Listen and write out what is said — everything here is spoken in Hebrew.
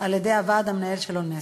על-ידי הוועד המנהל של אונסק"ו.